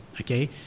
okay